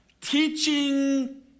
teaching